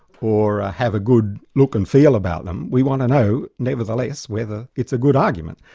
or ah have a good look and feel about them. we want to know, nevertheless, whether it's a good argument,